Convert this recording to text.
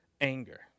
anger